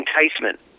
enticement